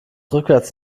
rückwärts